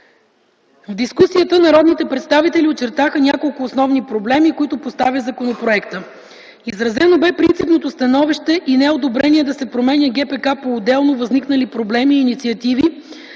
В дискусията народните представители очертаха няколко основни проблеми, които поставя законопроектът: - Изразено бе принципното становище и неодобрение да се променя ГПК по отделно възникнали проблеми и инициатива